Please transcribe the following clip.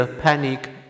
panic